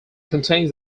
contains